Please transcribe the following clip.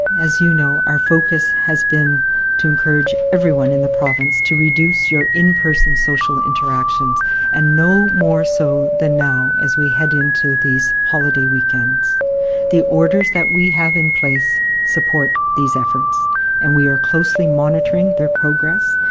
as you know, our focus has been to encourage everyone in the province to reduce your in-person social interactions and no more so than now as we head into these holidays weekends the orders that we have in place support these efforts and we are closely monitoring their progress.